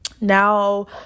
Now